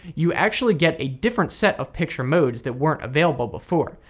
you actually get a different set of picture modes that weren't available before.